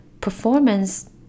performance